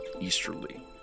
easterly